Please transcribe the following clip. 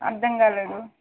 అర్థం కాలేదు